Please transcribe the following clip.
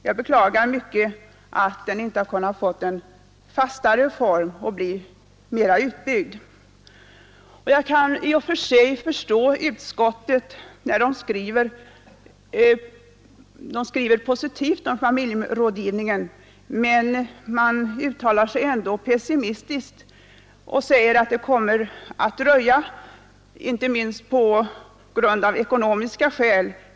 Jag beklagar att familjerådgivningen ännu inte kunnat få en fastare form. I och för sig kan jag förstå utskottet när detta skriver på ett positivt sätt om familjerådgivningen men ändå uttalar sig pessimistiskt. Man säger att det kommer att dröja innan den blir utbyggd — inte minst på grund av ekonomiska skäl.